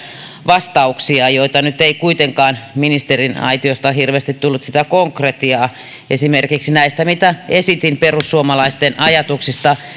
vastauksia joita nyt ei kuitenkaan ministeriaitiosta hirveästi tullut ei konkretiaa esimerkiksi näihin mitä esitin perussuomalaisten ajatuksista